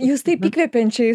jūs taip įkvepiančiai